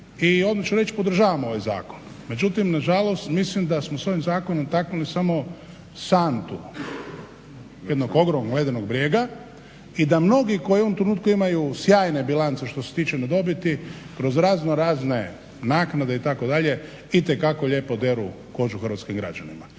I odmah ću reći podržavam ovaj zakon, međutim nažalost mislim da smo s ovim zakonom taknuli samo santu jednog ogromnog ledenog brijega i da mnogi koji u ovom trenutku imaju sjajne bilance što se tiče dobiti kroz raznorazne naknade itd. itekako lijepo deru kožu hrvatskim građanima.